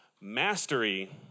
mastery